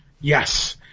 Yes